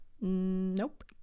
Nope